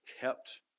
kept